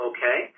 Okay